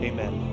Amen